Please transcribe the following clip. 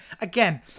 Again